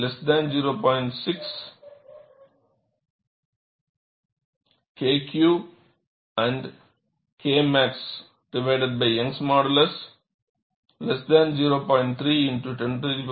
6〗Kmax⁡〖யங்க்ஸ் மாடுலஸ்〗0